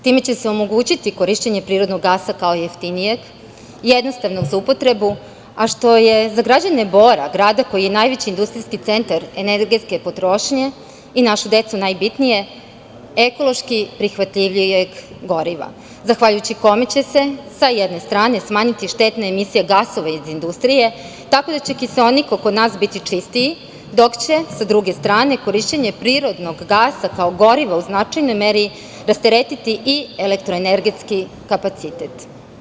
Time će se omogućiti korišćenje prirodnog gasa kao jeftinijeg, jednostavnog za upotrebu, a što je za građane Bora, grada koji je najveći industrijski centar energetske potrošnje, i za našu decu najbitnije – ekološki prihvatljivijeg goriva, zahvaljujući kome će se, sa jedne strane, smanjiti štetna emisija gasova iz industrije, tako da će kiseonik oko nas biti čistiji, dok će, sa druge strane, korišćenje prirodnog gasa, kao goriva, u značajnoj meri rasteretiti i elektroenergetski kapacitet.